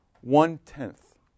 One-tenth